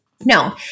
No